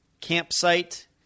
campsite